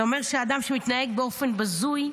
זה אומר שאדם מתנהג באופן בזוי,